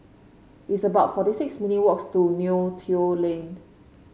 it's about forty six minute walks to Neo Tiew Lane